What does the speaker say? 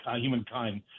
humankind